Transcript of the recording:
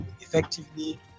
effectively